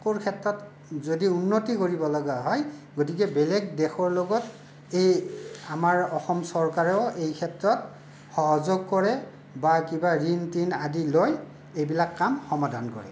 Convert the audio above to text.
ক্ষেত্ৰত যদি উন্নতি কৰিব লগা হয় গতিকে বেলেগ দেশৰ লগত এই আমাৰ অসম চৰকাৰেও এই ক্ষেত্ৰত সহযোগ কৰে বা কিবা ঋণ তিন আদি লৈ এইবিলাক কাম সমাধান কৰে